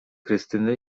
krystyny